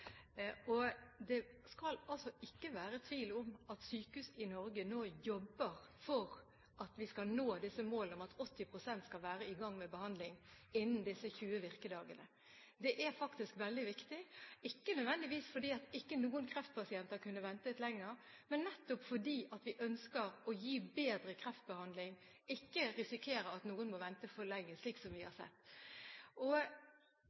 Det skal altså ikke være tvil om at sykehus i Norge nå jobber for at vi skal nå målene om at 80 pst. skal være i gang med behandling innen 20 virkedager. Det er veldig viktig, ikke nødvendigvis fordi noen kreftpasienter ikke kunne ventet lenger, men nettopp fordi vi ønsker å gi bedre kreftbehandling – og ikke risikere at noen må vente for lenge, slik som vi har